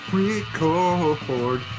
record